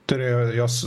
turėjo jos